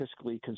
fiscally